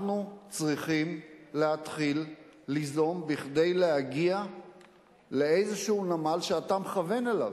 אנחנו צריכים להתחיל ליזום כדי להגיע לאיזה נמל שאתה מכוון אליו.